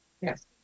Yes